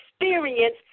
experience